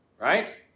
right